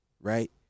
right